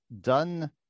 done